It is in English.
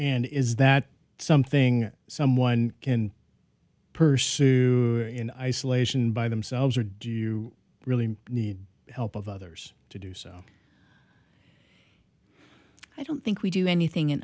and is that something someone can pursue in isolation by themselves or do you really need help of others to do so i don't think we do anything in